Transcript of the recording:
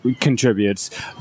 contributes